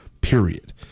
Period